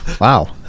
Wow